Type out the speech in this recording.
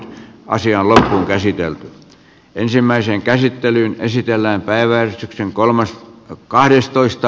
asialla on esitelty ensimmäisen käsittelyn esitellään päiväys kolmas ja kahdestoista